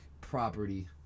property